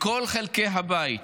מכל חלקי הבית,